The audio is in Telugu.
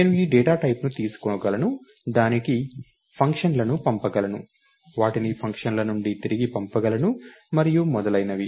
నేను ఈ డేటా టైప్ని తీసుకోగలను దానిని ఫంక్షన్లకు పంపగలను వాటిని ఫంక్షన్ల నుండి తిరిగి పంపగలను మరియు మొదలైనవి